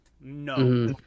no